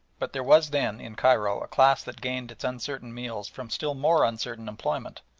but there was then in cairo a class that gained its uncertain meals from still more uncertain employment,